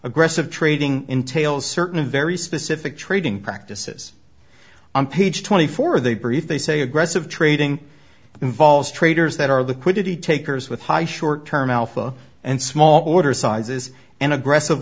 aggressive trading entails certain very specific trading practices on page twenty four they brief they say aggressive trading involves traders that are liquidity takers with high short term alpha and small orders sizes and aggressive